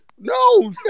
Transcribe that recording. No